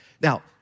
Now